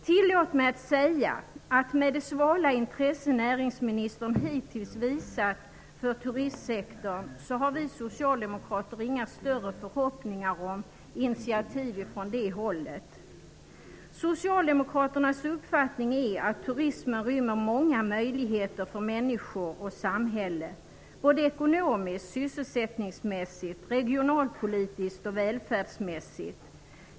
Tillåt mig säga, att med det svala intresse näringsministern hittills visat för turistsektorn har vi socialdemokrater inga större förhoppningar om initiativ från det hållet. Socialdemokraternas uppfattning är att turismen rymmer många möjligheter för människor och samhälle, såväl ekonomiskt, sysselsättningsmässigt och regionalpolitiskt som välfärdsmässigt.